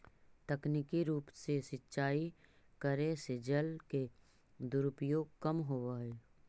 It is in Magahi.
तकनीकी रूप से सिंचाई करे से जल के दुरुपयोग कम होवऽ हइ